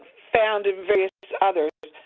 found in various others.